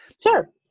Sure